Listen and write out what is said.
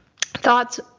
thoughts